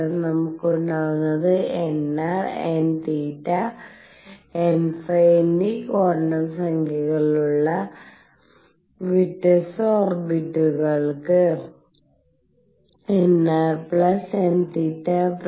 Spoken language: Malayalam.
പകരം നമുക്ക് ഉണ്ടാകാവുന്നത് nr n തിറ്റ nϕ എന്നീ ക്വാണ്ടം സംഖ്യകളുള്ള വ്യത്യസ്ത ഓർഭിറ്റുകൾക്ക് nrnθ|nϕ|